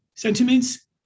sentiments